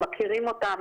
מכירים אותם,